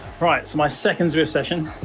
right, so my second zwift session.